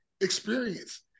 experience